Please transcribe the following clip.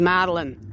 Madeline